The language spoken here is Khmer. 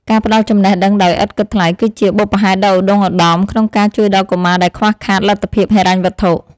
ការផ្តល់ចំណេះដឹងដោយឥតគិតថ្លៃ គឺជាបុព្វហេតុដ៏ឧត្តុង្គឧត្តមក្នុងការជួយដល់កុមារដែលខ្វះខាតលទ្ធភាពហិរញ្ញវត្ថុ។